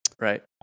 Right